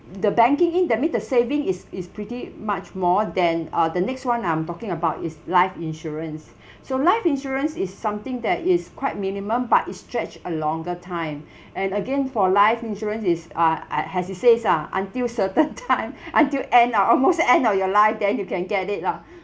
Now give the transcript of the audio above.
the banking in that means the saving is is pretty much more than uh the next [one] I'm talking about is life insurance so life insurance is something that is quite minimum but it's stretched a longer time and again for life insurance is uh I has he says ah until certain time until end of almost end of your life then you can get it lah